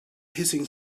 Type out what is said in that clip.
hissing